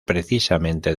precisamente